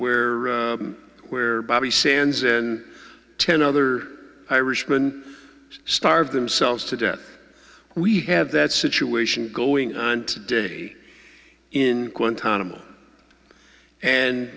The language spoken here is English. where where bobby sands and ten other irishman starve themselves to death we have that situation going on today in guantanamo and